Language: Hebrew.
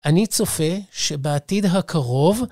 ‫אני צופה שבעתיד הקרוב...